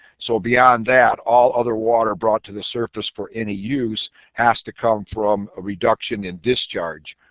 so beyond that all other water brought to the surface for any use has to come from reduction in discharge,